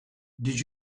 did